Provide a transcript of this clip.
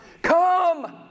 Come